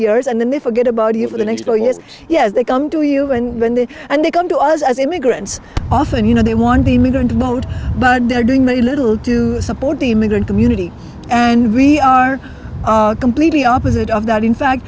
years and then they forget about you for the next oh yes yes they come to you and when they and they come to us as immigrants often you know they want to me going to vote but they're doing me a little to support the immigrant community and we are completely opposite of that in fact